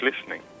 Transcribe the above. listening